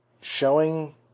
showing